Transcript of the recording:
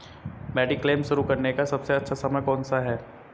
Mediclaim शुरू करने का सबसे अच्छा समय कौनसा है?